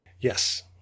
Yes